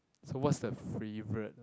so what's the favorite